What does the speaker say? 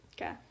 Okay